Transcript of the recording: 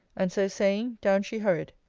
and so saying, down she hurried.